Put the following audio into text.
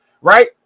right